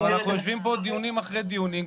אנחנו יושבים פה דיונים אחרי דיונים,